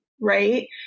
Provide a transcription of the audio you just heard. right